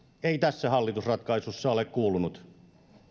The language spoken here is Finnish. ei tässä hallitusratkaisussa ole kuulunut